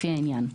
לפי העניין,